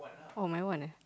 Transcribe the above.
oh my one ah